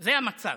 זה המצב,